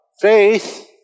Faith